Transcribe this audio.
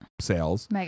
sales